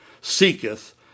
seeketh